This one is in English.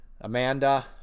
Amanda